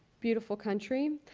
beautiful country.